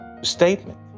statement